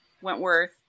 Wentworth